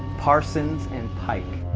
parsons and pike.